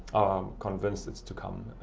convinced it's to come.